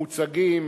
המוצגים,